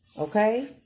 Okay